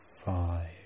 five